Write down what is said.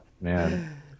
Man